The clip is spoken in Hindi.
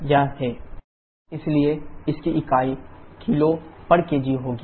यह है 1Wnet इसलिए इसकी इकाई किलो केजे होगी